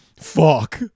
fuck